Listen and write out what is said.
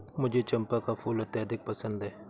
मुझे चंपा का फूल अत्यधिक पसंद है